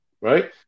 Right